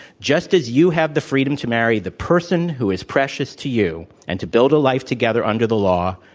just as you have the freedom to marry the person who is precious to you and to build a life together under the law,